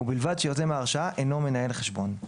ובלבד שיוזם ההרשאה אינו מנהל החשבון;